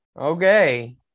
Okay